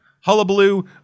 hullabaloo